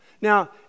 Now